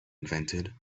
invented